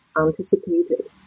anticipated